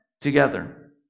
together